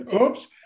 Oops